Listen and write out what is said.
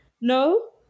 No